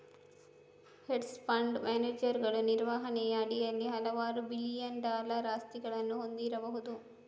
hedge fund ಮ್ಯಾನೇಜರುಗಳು ನಿರ್ವಹಣೆಯ ಅಡಿಯಲ್ಲಿ ಹಲವಾರು ಬಿಲಿಯನ್ ಡಾಲರ್ ಆಸ್ತಿಗಳನ್ನು ಹೊಂದಬಹುದು